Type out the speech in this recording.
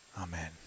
Amen